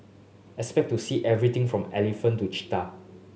expect to see everything from elephant to cheetah